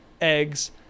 eggs